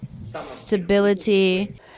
stability